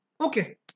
Okay